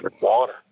Water